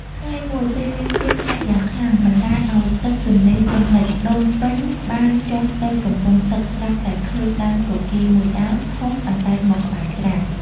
ថ្ងៃមួយ ពេលមានភ្លៀងធ្លាក់យ៉ាងខ្លាំងបណ្តាលឲ្យទឹកទន្លេជន់លិច ដូនពេញបានចុះទៅកំពង់ទឹកស្រាប់តែឃើញដើមគគីរមួយដើមធំអណ្តែតមកក្បែរច្រាំង។